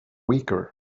weaker